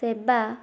ସେବା